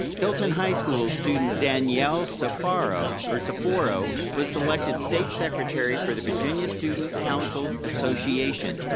hilton high school student, danielle sofaro, or saforo, was elected state secretary for the virginia student councils association.